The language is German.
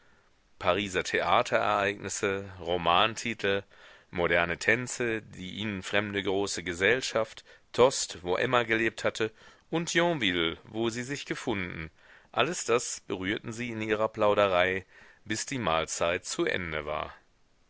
pariser theaterereignisse romantitel moderne tänze die ihnen fremde große gesellschaft tostes wo emma gelebt hatte und yonville wo sie sich gefunden alles das berührten sie in ihrer plauderei bis die mahlzeit zu ende war